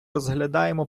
розглядаємо